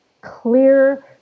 clear